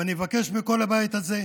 ואני מבקש מכל הבית הזה,